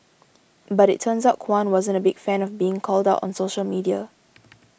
but it turns out Kwan wasn't a big fan of being called out on social media